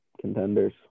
contenders